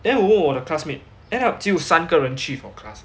then 我问我的 classmate ended up 只有三个人去 for class